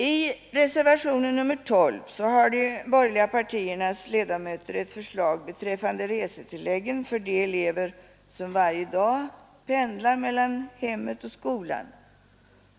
I reservation nr 12 har de tre borgerliga partiernas ledamöter ett förslag beträffande resetilläggen för de elever som varje dag pendlar mellan hemmet och skolan.